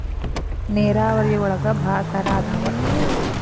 ನೇರಾವರಿ ಒಳಗ ಭಾಳ ತರಾ ಅದಾವ